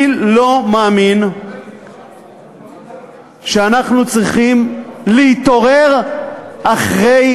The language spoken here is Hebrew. אני לא מאמין שאנחנו צריכים להתעורר אחרי